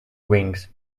wings